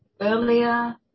earlier